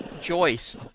joist